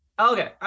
Okay